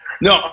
no